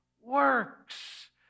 works